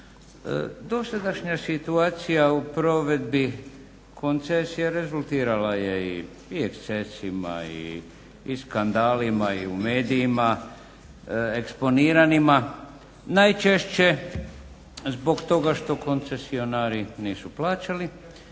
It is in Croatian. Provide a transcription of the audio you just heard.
Dosadašnja situacija u provedbi koncesija rezultirala je i ekscesima i skandalima i u medijima eksponiranima, najčešće zbog toga što koncesionari nisu plaćali